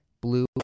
blue